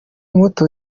muto